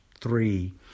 three